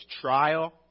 trial